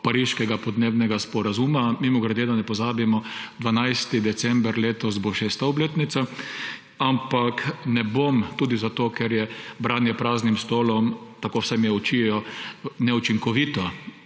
pariškega podnebnega sporazuma. Mimogrede, da ne pozabimo, 12. decembra letos bo 6. obletnica. Ampak ne bom, tudi zato, ker je branje praznim stolom, tako me vsaj učijo, neučinkovito.